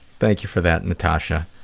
thank you for that, natasha.